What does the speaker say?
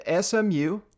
SMU